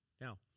Now